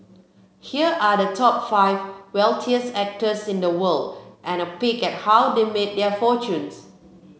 here are the top five wealthiest actors in the world and a peek at how they made their fortunes